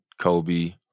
Kobe